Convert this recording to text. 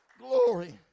Glory